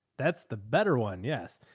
that's the better one. yes.